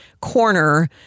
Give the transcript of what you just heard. corner